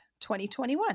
2021